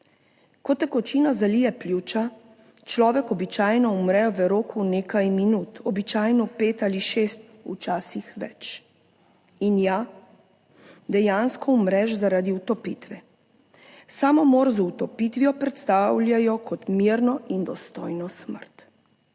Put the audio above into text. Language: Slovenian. Ko tekočina zalije pljuča, človek običajno umre v roku nekaj minut, običajno pet ali šest, včasih več. In ja, dejansko umreš zaradi utopitve, samomor z utopitvijo predstavljajo kot mirno in dostojno smrt.